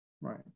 Right